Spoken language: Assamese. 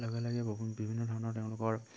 লগে লগে বহু বিভিন্ন ধৰণৰ তেওঁলোকৰ